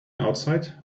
outside